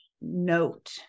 note